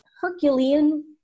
Herculean